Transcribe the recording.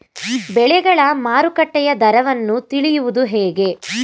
ಬೆಳೆಗಳ ಮಾರುಕಟ್ಟೆಯ ದರವನ್ನು ತಿಳಿಯುವುದು ಹೇಗೆ?